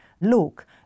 Look